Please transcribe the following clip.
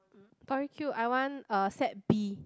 Tori-Q I want uh set B